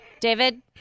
David